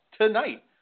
tonight